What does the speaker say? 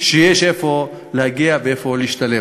שיש לאן להגיע ואיפה להשתלב.